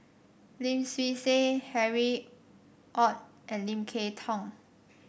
Lim Swee Say Harry Ord and Lim Kay Tong